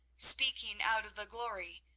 speaking out of the glory,